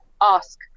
ask